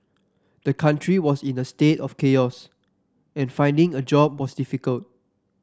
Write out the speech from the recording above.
the country was in a state of chaos and finding a job was difficult